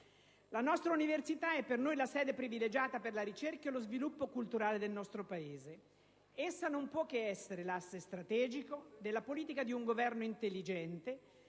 La nostra università è la sede privilegiata per la ricerca e lo sviluppo culturale del nostro Paese. Essa non può che essere l'asse strategico della politica di un governo intelligente,